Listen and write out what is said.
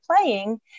playing